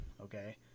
okay